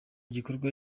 gikorwa